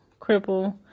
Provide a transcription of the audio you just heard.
cripple